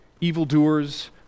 evildoers